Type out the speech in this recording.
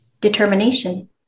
Determination